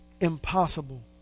impossible